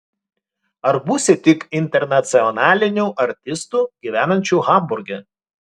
ar būsi tik internacionaliniu artistu gyvenančiu hamburge